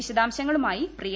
വിശദാംശങ്ങളുമായി പ്രിയ